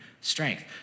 strength